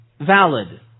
valid